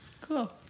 Cool